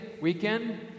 weekend